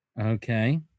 Okay